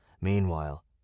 Meanwhile